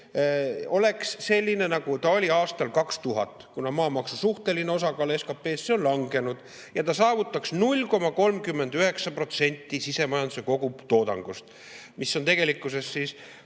oleks selline, nagu ta oli aastal 2000, kuna maamaksu suhteline osakaal SKP-s on langenud, ja ta saavutaks 0,39% sisemajanduse kogutoodangust. Mis on tegelikkuses, kui